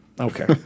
Okay